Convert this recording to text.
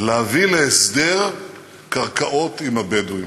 להביא להסדר קרקעות עם הבדואים.